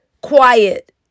Quiet